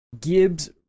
Gibbs